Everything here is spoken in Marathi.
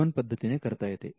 हे दोन पद्धतीने करता येते